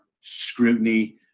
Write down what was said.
scrutiny